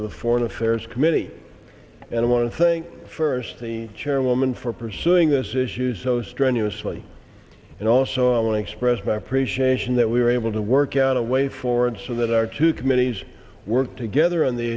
of the foreign affairs committee and i want to think first the chairwoman for pursuing this issue so strenuously and also i express my appreciation that we are able to work out a way forward so that our two committees work together on the